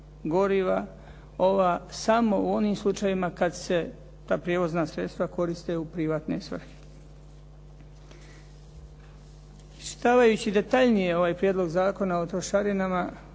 ova samo u onim slučajevima kad se ta prijevozna sredstva koriste u privatne svrhe. Iščitavajući detaljnije ovaj Prijedlog zakona o trošarinama,